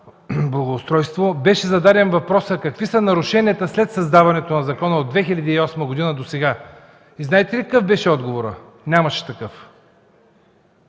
благоустройство беше зададен въпросът: какви са нарушенията след създаването на закона от 2008 г. до сега? И знаете ли какъв беше отговорът? Нямаше такъв!